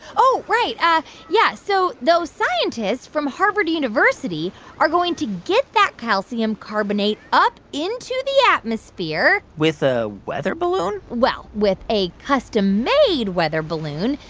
oh, right. yeah. so those scientists from harvard university are going to get that calcium carbonate up into the atmosphere. with a weather balloon? well, with a custom-made weather balloon.